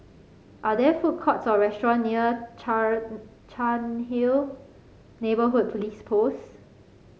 are there food courts or restaurant near Char Cairnhill Neighbourhood Police Post